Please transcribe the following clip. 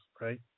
right